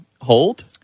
hold